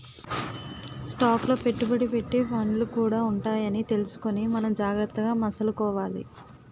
stock లో పెట్టుబడి పెట్టే ఫండ్లు కూడా ఉంటాయని తెలుసుకుని మనం జాగ్రత్తగా మసలుకోవాలి